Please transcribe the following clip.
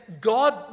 God